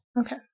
Okay